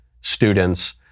students